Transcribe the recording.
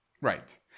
Right